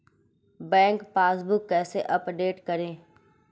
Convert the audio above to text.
Bank passbook कैसे update करें?